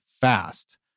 fast